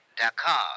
Dakar